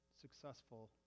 successful